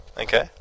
Okay